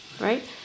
right